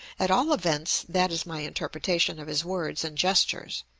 at all events that is my interpretation of his words and gestures.